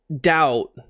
doubt